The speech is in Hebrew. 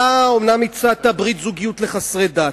אומנם הצעת ברית זוגיות לחסרי דת,